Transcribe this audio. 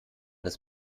des